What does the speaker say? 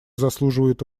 заслуживает